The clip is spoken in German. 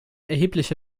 erhebliche